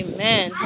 Amen